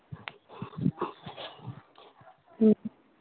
ꯎꯝ